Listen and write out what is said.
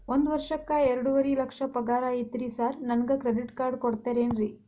ಒಂದ್ ವರ್ಷಕ್ಕ ಎರಡುವರಿ ಲಕ್ಷ ಪಗಾರ ಐತ್ರಿ ಸಾರ್ ನನ್ಗ ಕ್ರೆಡಿಟ್ ಕಾರ್ಡ್ ಕೊಡ್ತೇರೆನ್ರಿ?